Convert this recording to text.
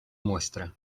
muestra